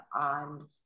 on